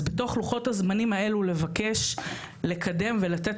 אז בתוך לוחות הזמנים האלה לבקש לקדם ולתת